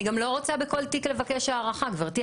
אני גם לא רוצה בכל תיק לבקש הארכה, גברתי.